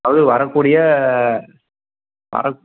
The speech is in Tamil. அது வரக்கூடிய வரக்